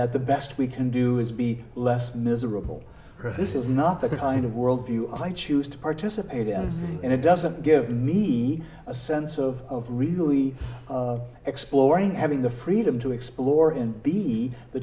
that the best we can do is be less miserable this is not the kind of world view i choose to participate in and it doesn't give me a sense of really exploring having the freedom to explore in be the